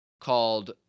called